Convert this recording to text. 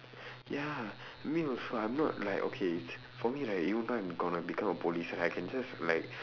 ya me also I'm not like okay it's for me right even though I'm going to become a police I can just like